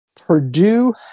Purdue